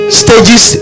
stages